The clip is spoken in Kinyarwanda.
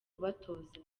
abatoza